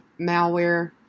malware